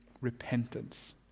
repentance